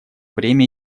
время